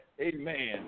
Amen